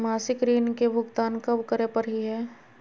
मासिक ऋण के भुगतान कब करै परही हे?